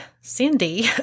Cindy